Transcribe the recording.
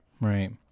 Right